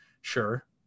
Sure